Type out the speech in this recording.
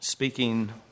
speaking